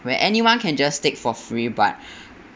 where anyone can just take for free but